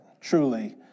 truly